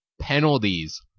penalties